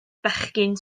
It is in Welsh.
bechgyn